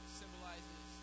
symbolizes